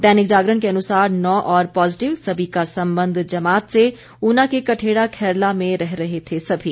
दैनिक जागरण के अनुसार नौ और पॉजिटिव सभी का संबंध जमात से ऊना के कठेड़ा खैरला में रह रहे थे सभी